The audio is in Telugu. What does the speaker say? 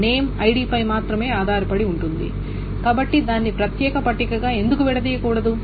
నేమ్ ఐడిపై మాత్రమే ఆధారపడి ఉంటుంది కాబట్టి దాన్ని ప్రత్యేక పట్టికగా ఎందుకు విడదీయకూడదు